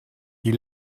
die